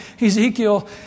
Ezekiel